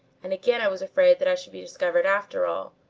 and again i was afraid that i should be discovered after all,